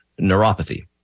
neuropathy